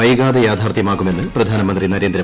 വൈകാതെ യാഥാർത്ഥ്യമാകുമെന്ന് പ്രധാനമന്ത്രി നരേന്ദ്രമോദി